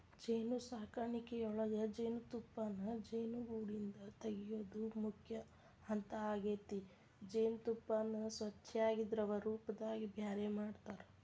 ಜೇನುಸಾಕಣಿಯೊಳಗ ಜೇನುತುಪ್ಪಾನ ಜೇನುಗೂಡಿಂದ ತಗಿಯೋದು ಮುಖ್ಯ ಹಂತ ಆಗೇತಿ ಜೇನತುಪ್ಪಾನ ಸ್ವಚ್ಯಾಗಿ ದ್ರವರೂಪದಾಗ ಬ್ಯಾರೆ ಮಾಡ್ತಾರ